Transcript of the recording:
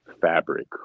fabric